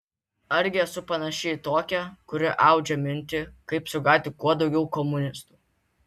argi esu panaši į tokią kuri audžia mintį kaip sugauti kuo daugiau komunistų